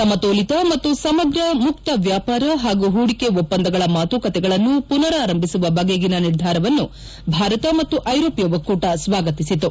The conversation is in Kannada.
ಸಮತೋಲಿತ ಮತ್ತು ಸಮಗ್ರ ಮುಕ್ತ ವ್ಯಾಪಾರ ಮತ್ತು ಪೂಡಿಕೆ ಒಪ್ಪಂದಗಳ ಮಾತುಕತೆಗಳನ್ನು ಮನರಾರಂಭಿಸುವ ಬಗೆಗಿನ ನಿರ್ಧಾರವನ್ನು ಭಾರತ ಮತ್ತು ಐರೋಪ್ಠ ಒಕ್ಕೂಟ ಸ್ವಾಗತಿಸಿತು